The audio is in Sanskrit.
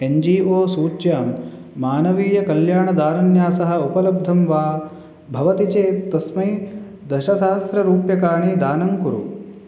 एन् जी ओ सूच्यां मानवीयकल्याणदारन्यासः उपलब्धं वा भवति चेत् तस्मै दशसहस्रं रूप्यकाणि दानं कुरु